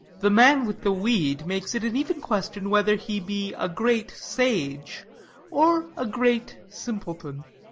the man with the weed makes it an even question whether he be a great sage or a great simpleton.